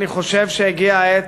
אני חושב שהגיעה העת,